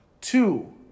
two